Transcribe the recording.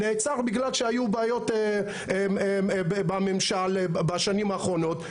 נעצר בגלל שהיו בעיות בממשל בשנים האחרונות.